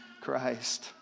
Christ